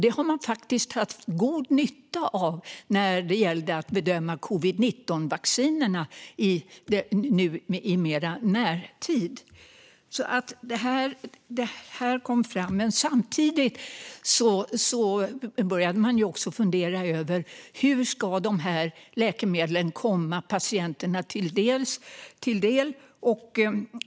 Det har man haft god nytta när man skulle bedöma covid-19-vaccinerna i närtid. Detta är vad man har kommit fram till. Samtidigt började man fundera över hur de här läkemedlen skulle komma patienterna till del.